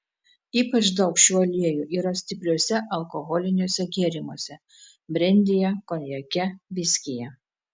ypač daug šių aliejų yra stipriuose alkoholiniuose gėrimuose brendyje konjake viskyje